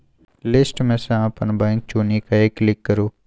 list मे सँ अपन बैंक चुनि कए क्लिक करु